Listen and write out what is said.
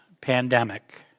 pandemic